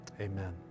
amen